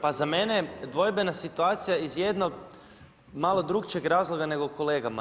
Pa za mene je dvojbena situacija iz jednog malo drukčijeg razloga nego kolegama.